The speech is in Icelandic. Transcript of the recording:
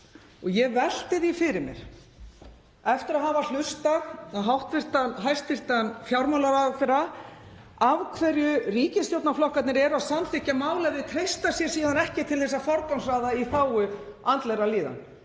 Ég velti því fyrir mér, eftir að hafa hlustað á hæstv. fjármálaráðherra, af hverju ríkisstjórnarflokkarnir eru að samþykkja mál ef þeir treysta sér síðan ekki til þess að forgangsraða í þágu andlegrar líðanar.